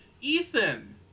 Ethan